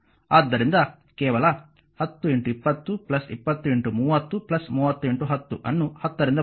ಆದ್ದರಿಂದ ಕೇವಲ 10 20 20 30 30 10 ಅನ್ನು 10 ರಿಂದ ಭಾಗಿಸಿ